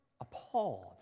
appalled